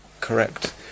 correct